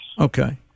Okay